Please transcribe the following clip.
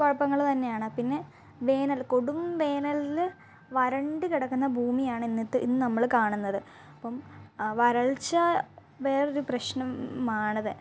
കുഴപ്പങ്ങൾ തന്നെയാണ് പിന്നെ വേനൽ കൊടും വേനലിൽ വരണ്ട് കിടക്കുന്ന ഭൂമിയാണ് ഇന്നത്ത് ഇന്ന് നമ്മൾ കാണുന്നത് അപ്പം വരൾച്ച വേറെ ഒരു പ്രശ്നം ആണത്